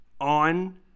on